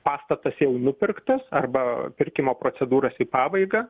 pastatas jau nupirktas arba pirkimo procedūras į pabaigą